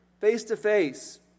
face-to-face